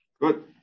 Good